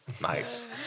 Nice